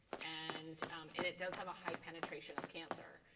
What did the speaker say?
and and it does have a high penetration of cancer,